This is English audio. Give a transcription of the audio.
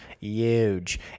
huge